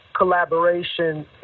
collaboration